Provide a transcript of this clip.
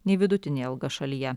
nei vidutinė alga šalyje